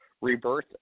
rebirth